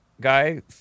guy